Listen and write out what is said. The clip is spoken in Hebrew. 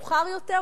מאוחר יותר,